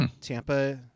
Tampa